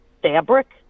fabric